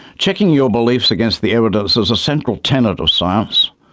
checking your beliefs against the evidence is a central tenet of science.